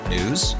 News